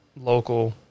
local